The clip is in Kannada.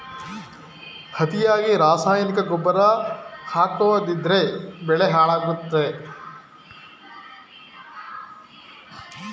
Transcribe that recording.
ಅತಿಯಾಗಿ ರಾಸಾಯನಿಕ ಗೊಬ್ಬರ ಹಾಕೋದ್ರಿಂದ ಬೆಳೆ ಹಾಳಾಗುತ್ತದೆ